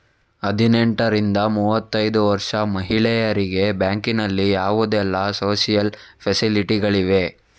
ಹದಿನೆಂಟರಿಂದ ಮೂವತ್ತೈದು ವರ್ಷ ಮಹಿಳೆಯರಿಗೆ ಬ್ಯಾಂಕಿನಲ್ಲಿ ಯಾವುದೆಲ್ಲ ಸೋಶಿಯಲ್ ಫೆಸಿಲಿಟಿ ಗಳಿವೆ?